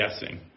guessing